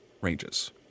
ranges